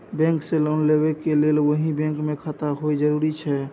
Bank से loan लेबै के लेल वही बैंक मे खाता होय जरुरी छै?